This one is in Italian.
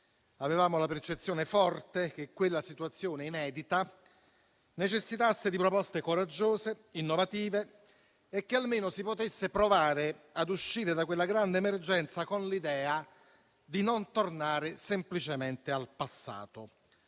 Avevamo la percezione forte che quella situazione inedita necessitasse di proposte coraggiose e innovative, e che almeno si potesse provare ad uscire da quella grande emergenza con l'idea di non tornare semplicemente al passato.